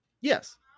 yes